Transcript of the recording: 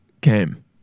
came